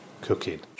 cooking